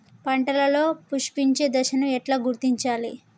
పంటలలో పుష్పించే దశను ఎట్లా గుర్తించాలి?